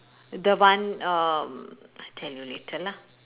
the one um tell you later lah